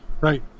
right